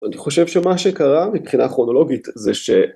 ‫אני חושב שמה שקרה ‫מבחינה כרונולוגית זה ש...